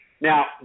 Now